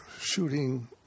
shooting